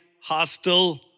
hostile